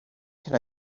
can